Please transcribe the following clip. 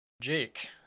jake